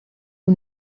who